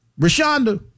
Rashonda